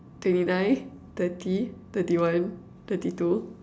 twenty nine thirty thirty one thirty two